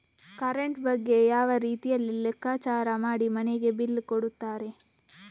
Current ಬಗ್ಗೆ ಯಾವ ರೀತಿಯಲ್ಲಿ ಲೆಕ್ಕಚಾರ ಮಾಡಿ ಮನೆಗೆ ಬಿಲ್ ಕೊಡುತ್ತಾರೆ?